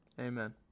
Amen